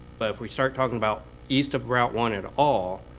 but if we start talking about east of route one at all,